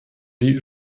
die